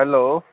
hello